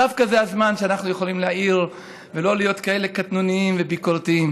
דווקא זה הזמן שאנחנו יכולים להאיר ולא להיות כאלה קטנוניים וביקורתיים.